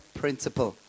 principle